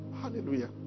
Hallelujah